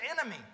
enemy